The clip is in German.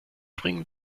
springen